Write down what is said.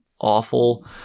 awful